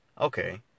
Okay